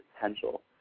potential